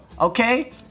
Okay